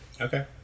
Okay